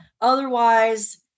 otherwise